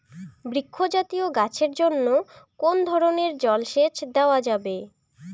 বৃক্ষ জাতীয় গাছের জন্য কোন ধরণের জল সেচ দেওয়া যাবে?